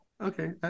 Okay